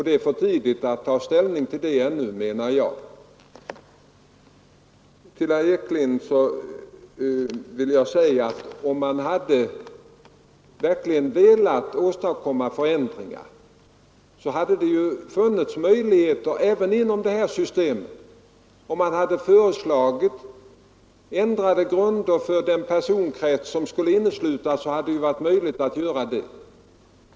Det är för tidigt att ta ställning till det ännu, menar jag. Till herr Ekinge vill jag säga att om man verkligen velat åstadkomma förändringar, så hade det, även inom det här systemet, funnits möjligheter att göra det. Om man velat föreslå ändrade grunder för den personkrets som skulle omfattas, så hade det varit möjligt att göra det.